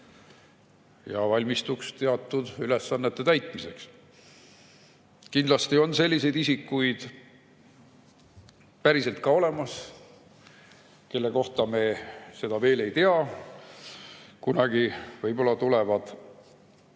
ja valmistuks teatud ülesannete täitmiseks. Kindlasti on sellised isikud päriselt ka olemas, kelle kohta me seda veel ei tea. Kunagi võib-olla tulevad need